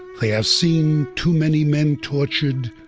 they have seen too many men tortured,